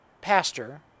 pastor